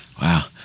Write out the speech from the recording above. Wow